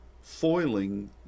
foiling